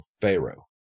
pharaoh